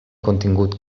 contingut